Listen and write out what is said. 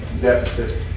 deficit